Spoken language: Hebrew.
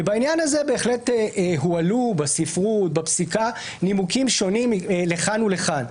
בעניין הזה בהחלט הועלו בספרות ובפסיקה נימוקים שונים לכאן ולכאן.